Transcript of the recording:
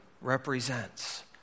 represents